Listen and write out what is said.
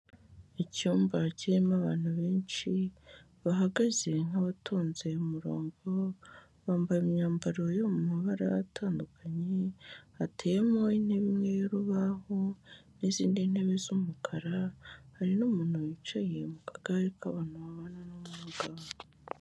Icyumba kirimo abantu benshi bahagaze nk'abatuze umurongo bambaye imyambaro yo mu mabara atandukanye hateyemo intebe imwe y'urubaho n'izindi ntebe z'umukara ,hari n'umuntu wicaye mu kagare k'abantu babana n'ubumuga.